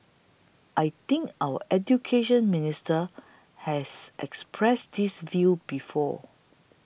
I think our Education Minister has expressed this view before